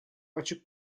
açık